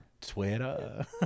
Twitter